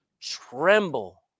tremble